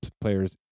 players